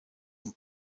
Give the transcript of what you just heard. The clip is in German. und